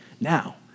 Now